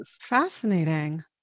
Fascinating